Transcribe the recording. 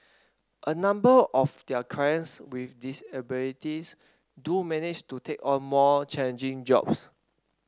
a number of their clients with disabilities do manage to take on more challenging jobs